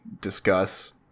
discuss